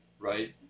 right